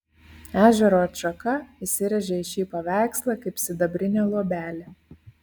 ežero atšaka įsirėžė į šį paveikslą kaip sidabrinė luobelė